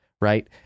right